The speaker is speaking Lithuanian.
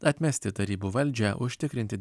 atmesti tarybų valdžią užtikrinti